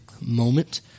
moment